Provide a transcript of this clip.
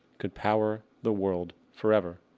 could power the world forever.